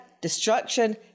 destruction